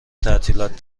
تعطیلات